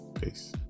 Peace